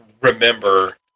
remember